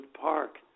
Park